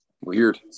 Weird